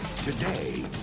Today